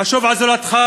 חשוב על זולתך,